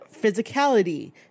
physicality